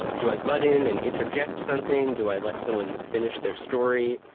do i butt in and interject something? do i let someone finish their story?